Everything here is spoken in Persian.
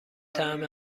طعم